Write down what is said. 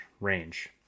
range